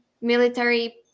military